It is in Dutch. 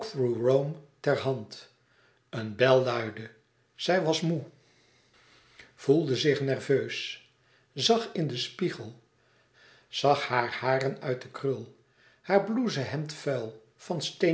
ter hand een bel luidde zij was moê voelde zich nerveus zag in den spiegel zag hare haren uit den krul haar blouse hemd vuil van